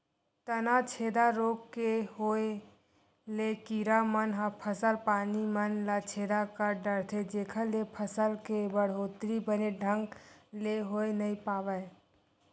तनाछेदा रोग के होय ले कीरा मन ह फसल पानी मन ल छेदा कर डरथे जेखर ले फसल के बड़होत्तरी बने ढंग ले होय नइ पावय